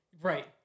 Right